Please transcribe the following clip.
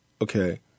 okay